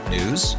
News